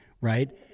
Right